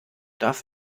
darf